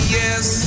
yes